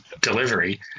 delivery